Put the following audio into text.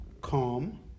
calm